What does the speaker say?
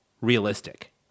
realistic